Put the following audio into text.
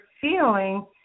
feeling